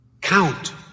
Count